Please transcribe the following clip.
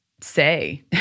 say